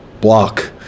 block